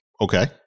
Okay